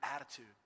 attitude